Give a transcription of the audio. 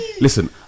Listen